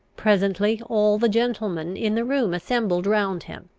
presently all the gentlemen in the room assembled round him.